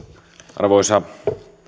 arvoisa